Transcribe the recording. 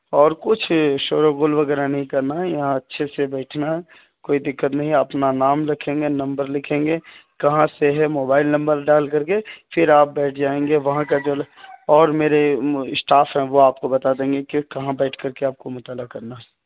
اور کچھ شور و غل وغیرہ نہیں کرنا ہے یہاں اچھے سے بیٹھنا ہے کوئی دقت نہیں آپ اپنا نام لکھیں گے نمبر لکھیں گے کہاں سے ہیں موبائل نمبر ڈال کر کے پھر آپ بیٹھ جائیں گے وہاں کا جو اور میرے اسٹاف ہیں وہ آپ کو بتا دیں گے کہ کہاں بیٹھ کر کے آپ کو مطالعہ کرنا ہے